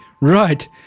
right